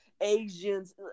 Asians